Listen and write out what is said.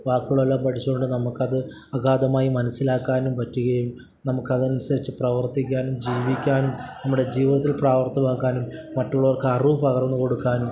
വാക്കുകളെല്ലാം പഠിച്ചുകൊണ്ടും നമുക്കത് അഗാധമായി മനസ്സിലാക്കാനും പറ്റുകയും നമുക്കതനുസരിച്ച് പ്രവർത്തിക്കാനും ജീവിക്കാനും നമ്മുടെ ജീവിതത്തിൽ പ്രാവർത്തികമാക്കാനും മറ്റുള്ളവർക്ക് അറിവ് പകർന്നുകൊടുക്കാനും